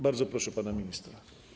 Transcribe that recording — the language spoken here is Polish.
Bardzo proszę pana ministra.